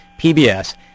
PBS